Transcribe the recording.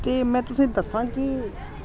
ते में तुसें गी दस्सां कि